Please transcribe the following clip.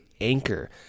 anchor